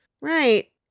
Right